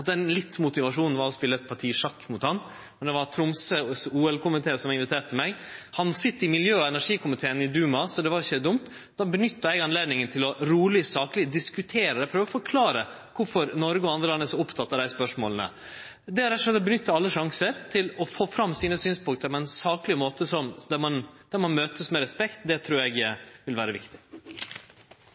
litt av motivasjonen var å spele eit parti sjakk mot han. Det var Tromsøs OL-komité som inviterte meg. Karpov sit i miljø- og energikomiteen i dumaen, så det var ikkje dumt. Eg nytta anledninga til roleg og sakleg å diskutere det, prøve å forklare kvifor Noreg og andre land er så opptekne av dei spørsmåla. Rett og slett å nytte alle sjansar til å få fram sine synspunkt på ein sakleg måte som vert møtt med respekt, trur eg vil vere viktig.